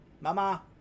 Mama